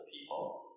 people